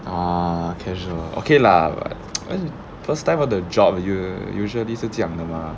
ah casual ah okay lah first time for the job you usually 是这样的 mah